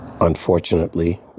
Unfortunately